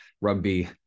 rugby